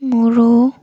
ମୋର